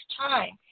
time